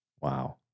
Wow